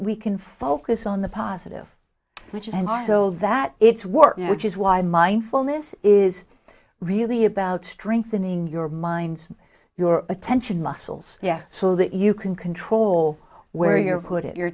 we can focus on the positive which and also that it's working which is why mindfulness is really about strengthening your mind your attention muscles yes so that you can control where you're good at your